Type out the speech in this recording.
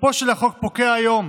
תוקפו של החוק פוקע היום,